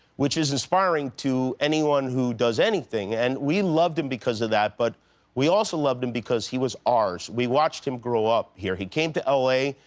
which is inspiring to anyone who does anything. and we loved him because of that. but we also loved him because he was ours. we watched him grow up here. he came to l a.